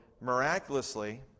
miraculously